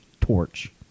torch